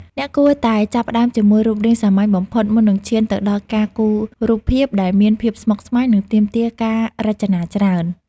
អ្នកគួរតែចាប់ផ្តើមជាមួយរូបរាងសាមញ្ញបំផុតមុននឹងឈានទៅដល់ការគូររូបភាពដែលមានភាពស្មុគស្មាញ និងទាមទារការរចនាច្រើន។